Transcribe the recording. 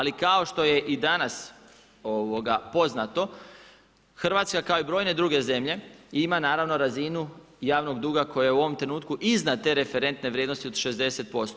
Ali kao što je i danas poznato Hrvatska kao i brojne druge zemlje ima naravno razinu javnog duga koja je u ovom trenutku iznad te referentne vrijednosti od 60%